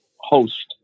host